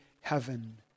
heaven